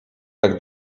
tak